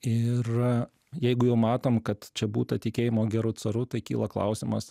ir jeigu jau matom kad čia būta tikėjimo geru caru tai kyla klausimas